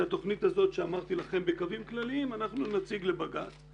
את התוכנית הזאת שאמרתי לכם בקווים כלליים אנחנו נציג לבג"ץ